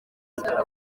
cyangwa